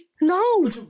No